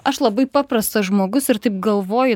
aš labai paprastas žmogus ir taip galvoji